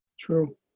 True